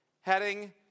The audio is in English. heading